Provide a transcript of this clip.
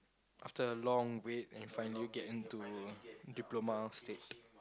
after a long wait and finally you get into diploma state